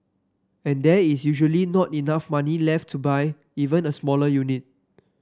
and there is usually not enough money left to buy even a smaller unit